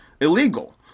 illegal